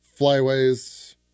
flyways